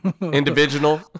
Individual